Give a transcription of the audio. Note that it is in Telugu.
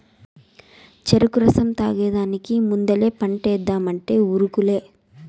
చెరుకు రసం తాగేదానికి ముందలే పంటేద్దామంటే ఉరుకులే